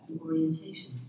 orientation